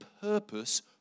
purpose